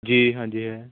ਜੀ ਹਾਂਜੀ ਹੈ